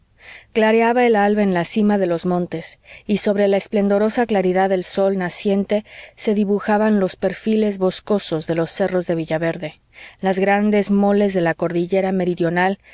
caballerías clareaba el alba en la cima de los montes y sobre la esplendorosa claridad del sol naciente se dibujaban los perfiles boscosos de los cerros de villaverde las grandes moles de la cordillera meridional